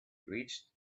reached